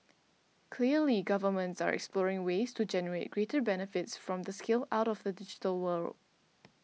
clearly governments are exploring ways to generate greater benefits from the scale out of the digital world